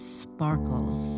sparkles